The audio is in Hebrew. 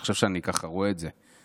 עכשיו שאני ככה רואה את זה.